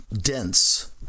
dense